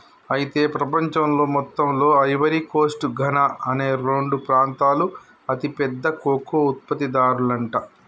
అయితే ప్రపంచంలో మొత్తంలో ఐవరీ కోస్ట్ ఘనా అనే రెండు ప్రాంతాలు అతి పెద్ద కోకో ఉత్పత్తి దారులంట